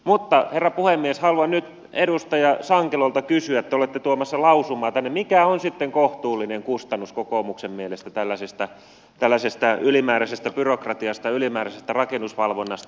mutta herra puhemies haluan nyt edustaja sankelolta kysyä te olette tuomassa lausumaa tänne mikä on sitten kohtuullinen kustannus kokoomuksen mielestä tällaisesta ylimääräisestä byrokratiasta ylimääräisestä rakennusvalvonnasta